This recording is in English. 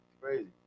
Crazy